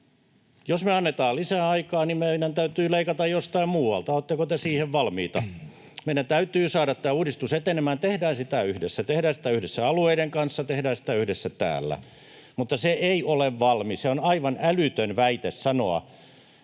Jos me annetaan lisäaikaa, meidän täytyy leikata jostain muualta — oletteko te siihen valmiita? Meidän täytyy saada tämä uudistus etenemään, tehdään sitä yhdessä. Tehdään sitä yhdessä alueiden kanssa, tehdään sitä yhdessä täällä, mutta se ei ole valmis. On aivan älytön väite sanoa,